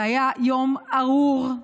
זה היה יום ארור,